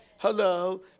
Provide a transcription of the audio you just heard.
hello